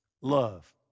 love